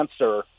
answer